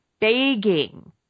begging